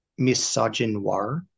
misogynoir